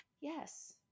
yes